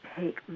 take